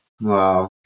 Wow